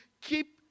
keep